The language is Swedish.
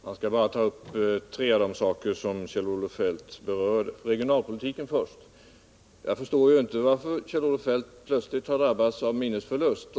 Herr talman! Jag skall bara ta upp tre av de saker som Kjell-Olof Feldt berörde. Först regionalpolitiken. Jag förstår inte varför Kjell-Olof Feldt plötsligt har drabbats av minnesförlust.